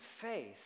faith